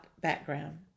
background